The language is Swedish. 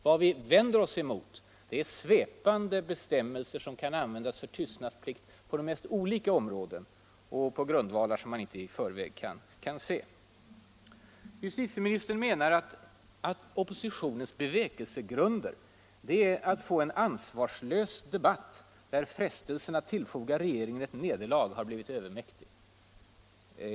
Vad vi vänder oss mot är svepande bestämmelser som kan användas för tystnadsplikt på de mest olika områden och med effekter som man inte i förväg kan överblicka. Justitieministern menar att oppositionens bevekelsegrunder är att få en ansvarslös debatt där ”frestelsen att tillfoga regeringen ett nederlag blivit övermäktig”.